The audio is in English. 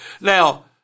Now